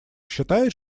считает